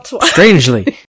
strangely